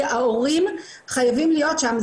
כי ההורים חייבים להיות שם.